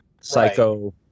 psycho